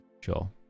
Sure